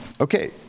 okay